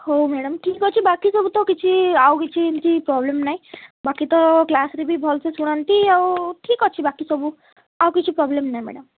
ହଉ ମ୍ୟାଡ଼ାମ୍ ଠିକ୍ ଅଛି ବାକି ସବୁ ତ କିଛି ଆଉ କିଛି ଏମିତି ପ୍ରବ୍ଲେମ୍ ନାହିଁ ବାକି ତ କ୍ଲାସ୍ରେ ବି ଭଲ ସେ ଶୁଣନ୍ତି ଆଉ ଠିକ୍ ଅଛି ବାକି ସବୁ ଆଉ କିଛି ପ୍ରବ୍ଲେମ୍ ନାହିଁ ମ୍ୟାଡ଼ାମ୍